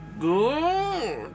Good